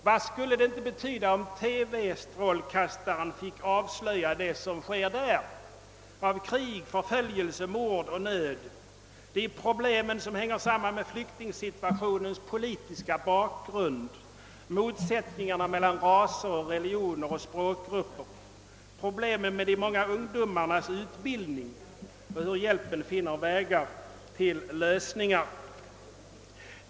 Vad skulle det inte kunna betyda om TV-strålkastaren finge avslöja det som där sker av krig, förföljelse, mord och nöd samt belysa de problem som sammanhänger med flyktingsituationens politiska bakgrund, motsättningarna mellan raser, religioner och språkgrupper, problemen med de många ungdomarnas utbildning och hur hjälpen finner vägar till lösningar.